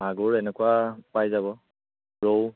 মাগুৰ এনেকুৱা পাই যাব ৰৌ